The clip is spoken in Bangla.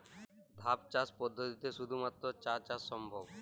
ধাপ চাষ পদ্ধতিতে শুধুমাত্র চা চাষ সম্ভব?